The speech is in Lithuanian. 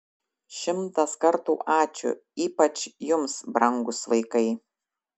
šimtas kartų ačiū ypač jums brangūs vaikai